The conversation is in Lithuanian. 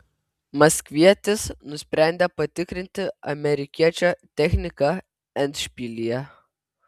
maskvietis nusprendė patikrinti amerikiečio techniką endšpilyje